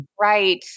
right